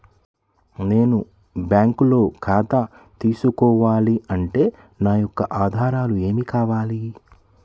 నేను బ్యాంకులో ఖాతా తీసుకోవాలి అంటే నా యొక్క ఆధారాలు ఏమి కావాలి?